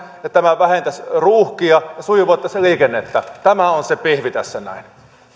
ja tämä vähentäisi ruuhkia ja sujuvoittaisi liikennettä tämä on se pihvi tässä näin